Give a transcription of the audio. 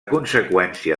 conseqüència